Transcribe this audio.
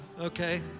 okay